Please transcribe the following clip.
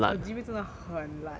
我的 G_P 真的很烂